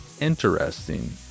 interesting